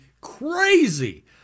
crazy